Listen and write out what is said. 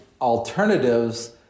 alternatives